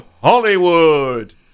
Hollywood